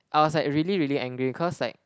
I was like really really angry cause like